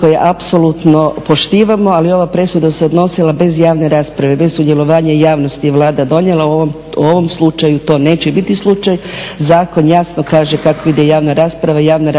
koje apsolutno poštivamo, ali ova presuda se odnosila bez javne rasprave, bez sudjelovanja javnosti je vlada donijela. U ovom slučaju to neće biti slučaj, zakon jasno kaže kako ide javna rasprava. Javna rasprava